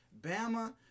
Bama